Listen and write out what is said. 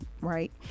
right